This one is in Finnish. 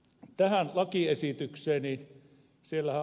tähän lakiesitykseen